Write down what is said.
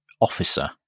officer